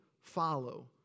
follow